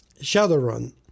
Shadowrun